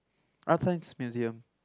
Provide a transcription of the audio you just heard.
ArtScience Museum